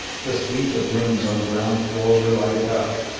the suite of rooms on the ground-floor were lighted up,